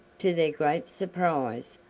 to their great surprise,